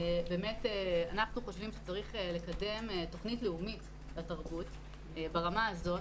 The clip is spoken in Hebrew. אנחנו חושבים שצריך לקדם תוכנית לאומית לתרבות ברמה הזאת,